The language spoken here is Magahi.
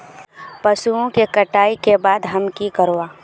पशुओं के कटाई के बाद हम की करवा?